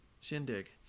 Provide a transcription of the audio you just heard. shindig